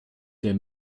der